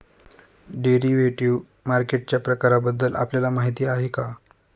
Derivative मार्केटच्या प्रकारांबद्दल आपल्याला माहिती आहे का?